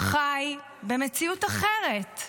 חי במציאות אחרת.